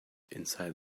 inside